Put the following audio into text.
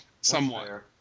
somewhat